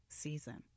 season